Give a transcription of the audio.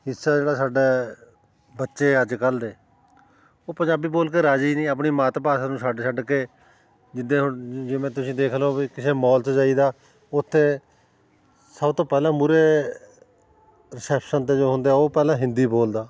ਹਿੱਸਾ ਜਿਹੜਾ ਸਾਡਾ ਬੱਚੇ ਅੱਜ ਕੱਲ੍ਹ ਦੇ ਉਹ ਪੰਜਾਬੀ ਬੋਲ ਕੇ ਰਾਜ਼ੀ ਨਹੀਂ ਆਪਣੀ ਮਾਤ ਭਾਸ਼ਾ ਨੂੰ ਛੱਡ ਛੱਡ ਕੇ ਜਿੱਦਾਂ ਹੁਣ ਜਿਵੇਂ ਤੁਸੀਂ ਦੇਖ ਲਉ ਵੀ ਕਿਸੇ ਮੋਲ 'ਚ ਜਾਈਦਾ ਉੱਥੇ ਸਭ ਤੋਂ ਪਹਿਲਾਂ ਮੂਹਰੇ ਰਿਸੈਪਸ਼ਨ 'ਤੇ ਜੋ ਹੁੰਦਾ ਉਹ ਪਹਿਲਾਂ ਹਿੰਦੀ ਬੋਲਦਾ